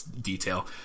detail